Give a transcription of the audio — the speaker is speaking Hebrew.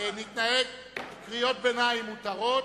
קריאות ביניים מותרות.